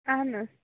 اہن حظ